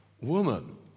woman